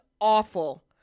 awful